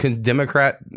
Democrat